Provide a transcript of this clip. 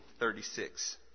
36